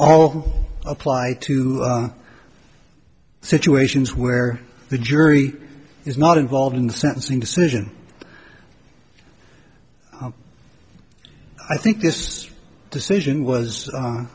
all apply to situations where the jury is not involved in the sentencing decision i think this decision was